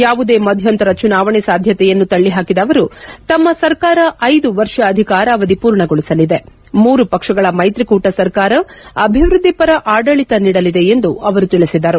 ಯಾವುದೇ ಮಧ್ಯಂತರ ಚುನಾವಣೆ ಸಾಧ್ಯತೆಯನ್ನು ತಲ್ಲಹಾಕಿದ ಅವರು ತಮ್ನ ಸರ್ಕಾರ ಐದು ವರ್ಷ ಅಧಿಕಾರಾವಧಿ ಪೂರ್ಣಗೊಳಿಸಲಿದೆ ಮೂರು ಪಕ್ಷಗಳ ಮೈತ್ರಿಕೂಟ ಸರ್ಕಾರ ಅಭಿವೃದ್ದಿಪರ ಆಡಳಿತ ನೀಡಲಿದೆ ಎಂದು ಅವರು ತಿಳಿಸಿದರು